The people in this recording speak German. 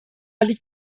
liegt